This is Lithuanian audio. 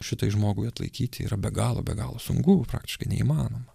šitai žmogui atlaikyti yra be galo be galo sunku praktiškai neįmanoma